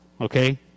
Okay